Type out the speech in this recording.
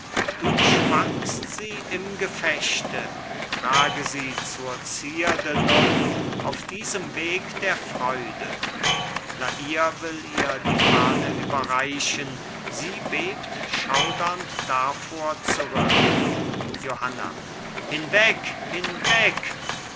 du schwangst sie im gefechte trage sie zur zierde nun auf diesem weg der freude la hire will ihr die fahne überreichen sie bebt schaudernd davor zurück johanna hinweg hinweg